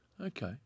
Okay